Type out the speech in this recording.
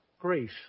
grief